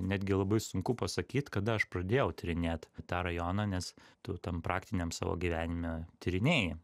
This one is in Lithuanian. netgi labai sunku pasakyt kada aš pradėjau tyrinėt tą rajoną nes tu tam praktiniam savo gyvenime tyrinėji